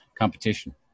competition